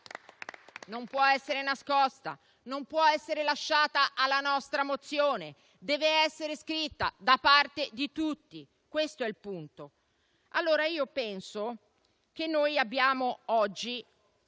Non può essere nascosta, non può essere lasciata alla nostra mozione: dev'essere scritta da parte di tutti. Questo è il punto. Ritengo pertanto che noi oggi